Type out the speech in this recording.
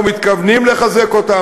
אנחנו מתכוונים לחזק אותם.